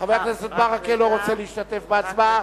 חבר הכנסת ברכה לא רוצה להשתתף בהצבעה.